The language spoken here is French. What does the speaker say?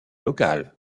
local